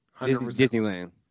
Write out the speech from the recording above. Disneyland